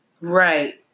Right